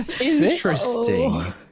Interesting